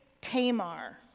Tamar